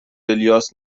الیاس